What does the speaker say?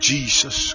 Jesus